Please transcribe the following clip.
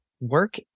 work